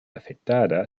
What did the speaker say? afectada